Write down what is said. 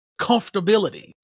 comfortability